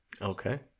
Okay